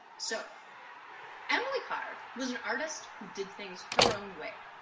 so emily carr was an artist who did things her own way.